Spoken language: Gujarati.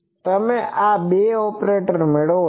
તમે આ બે ઓપરેટર મેળવો છો